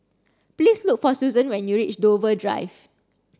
please look for Susan when you reach Dover Drive